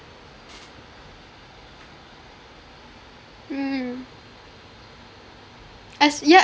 mm as yeah